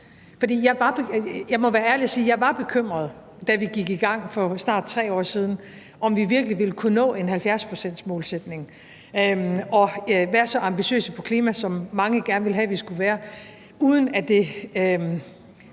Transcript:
jeg var bekymret, da vi gik i gang for snart 3 år siden, for, om vi virkelig ville kunne nå en 70-procentsmålsætning og være så ambitiøse på klimaområdet, som mange gerne ville have vi skulle være. Jeg var bange